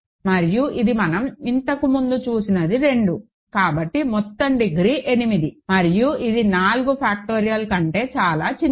మరియు ఇది మనం ఇంతకు ముందు చూసినది 2 కాబట్టి మొత్తం డిగ్రీ 8 మరియు ఇది 4 ఫాక్టోరియల్ కంటే చాలా చిన్నది